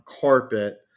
carpet